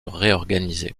réorganiser